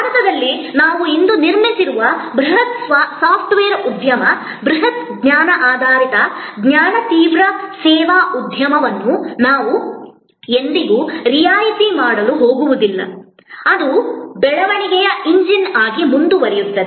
ಭಾರತದಲ್ಲಿ ನಾವು ಇಂದು ನಿರ್ಮಿಸಿರುವ ಬೃಹತ್ ಸಾಫ್ಟ್ವೇರ್ ಉದ್ಯಮ ಬೃಹತ್ ಜ್ಞಾನ ಆಧಾರಿತ ಜ್ಞಾನ ತೀವ್ರ ಸೇವಾ ಉದ್ಯಮವನ್ನು ನಾವು ಎಂದಿಗೂ ರಿಯಾಯಿತಿ ಮಾಡಲು ಹೋಗುವುದಿಲ್ಲ ಅದು ಬೆಳವಣಿಗೆಯ ಎಂಜಿನ್ ಆಗಿ ಮುಂದುವರಿಯುತ್ತದೆ